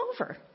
over